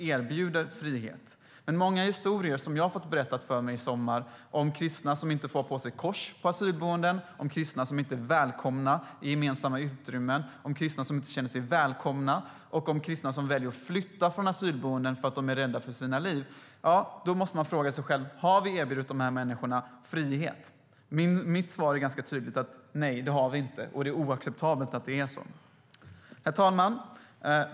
Men jag har fått många historier berättade för mig i sommar om kristna som inte får ha på sig kors på asylboenden, som inte är välkomna i gemensamma utrymmen och som väljer att flytta från asylboenden därför att de är rädda för sina liv. Då måste man fråga sig själv om man har erbjudit dessa människor frihet. Mitt svar är tydligt: Nej, det har vi inte, och det är oacceptabelt att det är så. Herr talman!